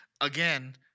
Again